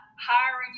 hiring